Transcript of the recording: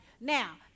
Now